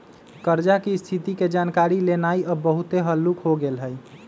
कर्जा की स्थिति के जानकारी लेनाइ अब बहुते हल्लूक हो गेल हइ